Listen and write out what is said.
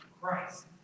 Christ